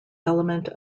element